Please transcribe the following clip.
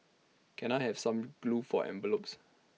can I have some glue for envelopes